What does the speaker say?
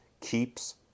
keeps